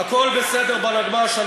הכול בסדר בנגמ"ש.